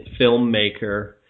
filmmaker